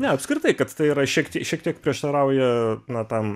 ne apskritai kad tai yra šiek tiek šiek tiek prieštarauja na tam